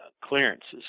clearances